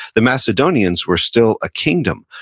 the macedonians were still a kingdom,